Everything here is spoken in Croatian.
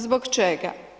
Zbog čega?